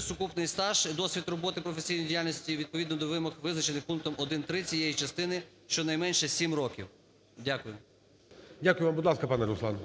сукупний стаж, досвід роботи професійної діяльності відповідно до вимог, визначених пунктом 1.3 цієї частини щонайменше 7 років. Дякую. ГОЛОВУЮЧИЙ. Дякую вам. Будь ласка, пане Руслан.